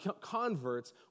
converts